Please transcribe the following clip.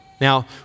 Now